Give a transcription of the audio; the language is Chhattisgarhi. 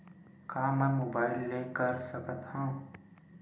का मै मोबाइल ले कर सकत हव?